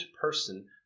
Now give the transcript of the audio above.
person